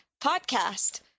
podcast